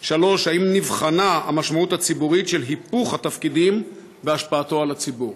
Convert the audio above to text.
4. האם נבחנה המשמעות הציבורית של היפוך התפקידים והשפעתו על הציבור?